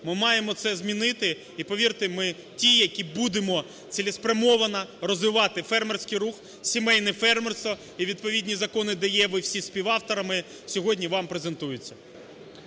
Ми маємо це змінити. І повірте, ми ті, які будемо цілеспрямовано розвивати фермерський рух, сімейне фермерство, і відповідні закони, де є ви всі співавторами, сьогодні вам презентуються.